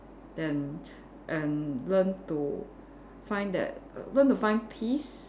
then and learn to find that learn to find peace